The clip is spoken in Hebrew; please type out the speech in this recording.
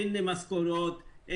אין משכורות,